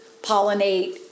pollinate